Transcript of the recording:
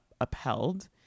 upheld